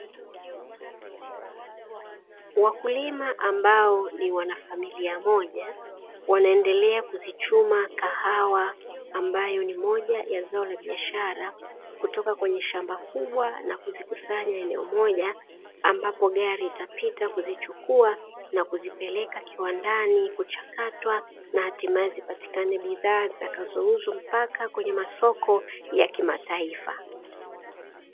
Wakulima ambao ni wanafamilia moja wanaendelea kuzichoma kahawa, ambayo ni moja ya zao la biashara, kutoka kwenye shamba kubwa na kuzikusanya eneo moja ambapo gari litapita kuzichukua na kuzipeleka kiwandani kuchakatwa na hatimaye zipatikane bidhaa zitakazouzwa mpaka kwenye masoko ya kimataifa.